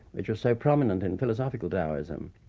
which were so prominent in philosophical taoism.